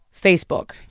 facebook